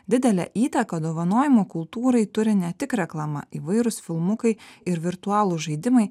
didelę įtaką dovanojimo kultūrai turi ne tik reklama įvairūs filmukai ir virtualūs žaidimai